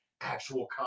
actual